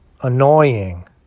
annoying